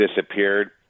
disappeared